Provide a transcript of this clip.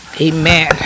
Amen